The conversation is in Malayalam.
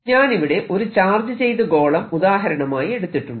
ഞാനിവിടെ ഒരു ചാർജ് ചെയ്ത ഗോളം ഉദാഹരണമായി എടുത്തിട്ടുണ്ട്